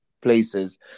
places